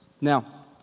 Now